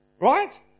right